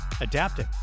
adapting